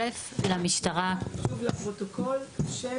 בבקשה.